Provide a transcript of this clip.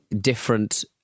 different